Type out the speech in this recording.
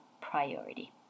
priority